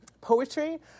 poetry